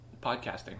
podcasting